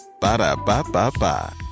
Ba-da-ba-ba-ba